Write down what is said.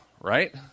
Right